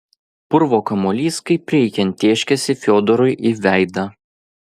purvo kamuolys kaip reikiant tėškėsi fiodorui į veidą